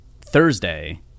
Thursday